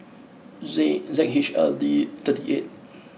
Z Z H L D thirty eight